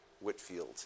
Whitfield